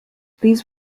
these